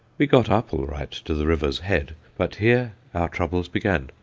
we got up all right to the river's head, but here our troubles began,